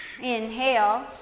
Inhale